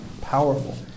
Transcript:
powerful